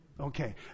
Okay